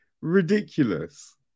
ridiculous